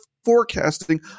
forecasting